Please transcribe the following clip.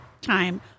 time